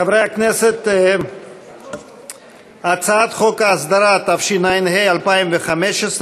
חברי הכנסת, הצעת חוק ההסדרה, התשע"ה 2015,